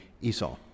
Esau